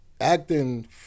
Acting